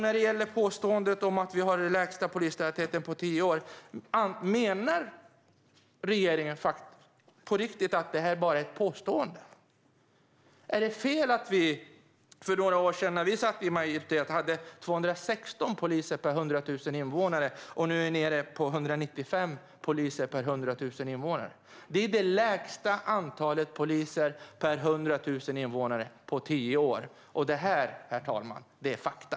När det gäller påståendet om att vi har den lägsta polistätheten på tio år undrar jag: Menar regeringen på riktigt att det bara är ett påstående? Är det fel att det för några år sedan, när vi var i majoritet, var 216 poliser per 100 000 invånare och att det nu är nere på 195 poliser per 100 000 invånare? Det är det lägsta antalet poliser per 100 000 invånare på tio år. Detta, herr talman, är fakta.